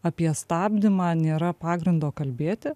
apie stabdymą nėra pagrindo kalbėti